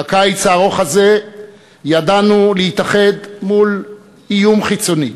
בקיץ הארוך הזה ידענו להתאחד מול איום חיצוני,